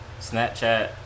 Snapchat